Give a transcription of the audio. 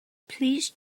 please